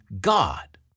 God